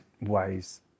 ways